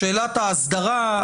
שאלת ההסדרה,